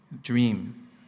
dream